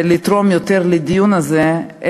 יותר לתרום לדיון הזה,